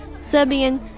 Serbian